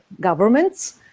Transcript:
governments